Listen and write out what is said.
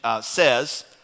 says